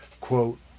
quote